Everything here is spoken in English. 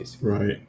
Right